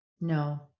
No